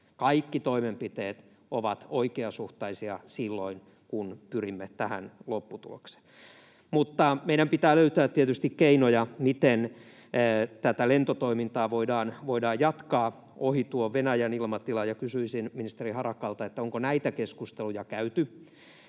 Kaikki toimenpiteet ovat oikeasuhtaisia silloin, kun pyrimme tähän lopputulokseen. Mutta meidän pitää löytää tietysti keinoja, miten tätä lentotoimintaa voidaan jatkaa ohi Venäjän ilmatilan. Ja kysyisin ministeri Harakalta: onko näitä keskusteluja käyty?